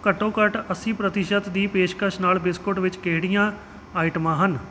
ਘੱਟੋ ਘੱਟ ਅੱਸੀ ਪ੍ਰਤੀਸ਼ਤ ਦੀ ਪੇਸ਼ਕਸ਼ ਨਾਲ ਬਿਸਕੁਟ ਵਿੱਚ ਕਿਹੜੀਆਂ ਆਈਟਮਾਂ ਹਨ